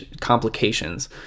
complications